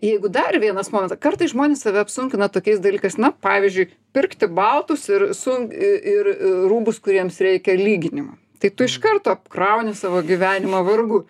jeigu dar vienas momentas kartais žmonės save apsunkina tokiais dalykais na pavyzdžiui pirkti baltus ir sun i ir a rūbus kuriems reikia lyginimo tai tu iš karto apkrauni savo gyvenimą vargu